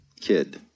kid